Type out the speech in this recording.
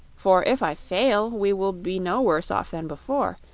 for if i fail we will be no worse off than before,